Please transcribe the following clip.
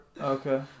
okay